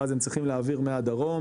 ואז הם צריכים להעביר מהדרום